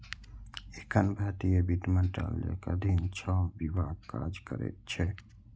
एखन भारतीय वित्त मंत्रालयक अधीन छह विभाग काज करैत छैक